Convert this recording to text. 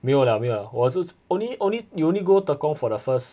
没有 lah 没有 lah only only you only go tekong for the first